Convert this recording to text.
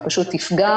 היא פשוט תפגע